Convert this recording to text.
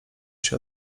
się